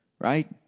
Right